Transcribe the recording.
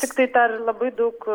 tiktai dar labai daug